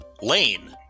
Lane